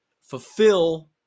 fulfill